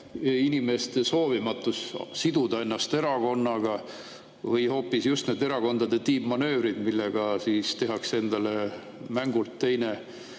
inimeste soovimatus siduda ennast erakonnaga või hoopis just need erakondade tiibmanöövrid, millega tehakse endale mängult teine